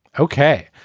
okay.